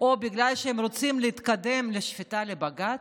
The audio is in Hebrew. או שהם רוצים להתקדם לשפיטה בבג"ץ?